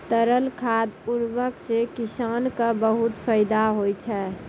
तरल खाद उर्वरक सें किसान क बहुत फैदा होय छै